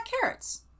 carrots